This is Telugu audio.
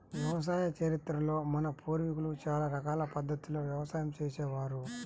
వ్యవసాయ చరిత్రలో మన పూర్వీకులు చాలా రకాల పద్ధతుల్లో వ్యవసాయం చేసే వారు